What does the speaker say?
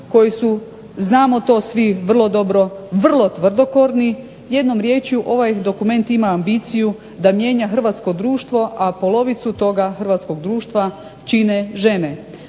koji su, znamo to svi vrlo dobro, vrlo tvrdokorni. Jednom rječju, ovaj dokument ima ambiciju da mijenja hrvatsko društvo, a polovicu toga hrvatskog društva čine žene.